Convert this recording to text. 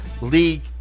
league